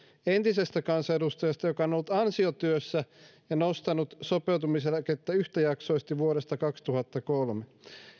entisestä kansanedustajasta joka on ollut ansiotyössä ja nostanut sopeutumiseläkettä yhtäjaksoisesti vuodesta kaksituhattakolme